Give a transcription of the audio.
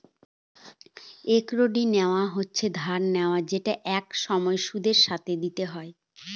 credit নেওয়া হচ্ছে ধার নেওয়া যেটা একটা সময় সুদের সাথে দিতে হয়